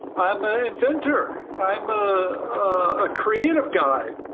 i'm a inventor, i'm ah a creative guy.